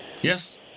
yes